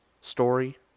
story